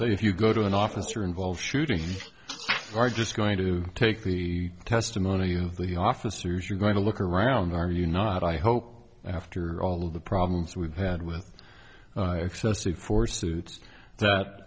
they if you go to an officer involved shooting are just going to take the testimony you the officers you're going to look around are you not i hope after all of the problems we've had with excessive force suits that